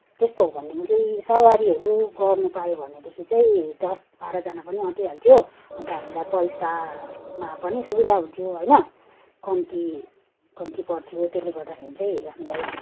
त्यस्तो हो भनेदेखि चाहिँ सवारीहरू गर्नु पायो भनेदेखि चाहिँ दस बाह्रजना पनि अँटिहाल्थ्यो अन्त हामीलाई पैसामा पनि सुविधा हुन्थ्यो होइन कम्ती कम्ती पर्थ्यो त्यसले गर्दाखेरि चाहिँ हामीलाई